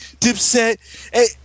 Dipset